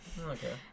Okay